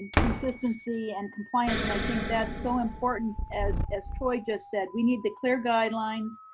consistency, and compliance. and i think that's so important, as as troy just said, we need the clear guidelines,